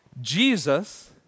Jesus